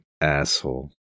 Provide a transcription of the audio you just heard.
asshole